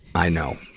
i know,